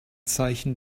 zeichen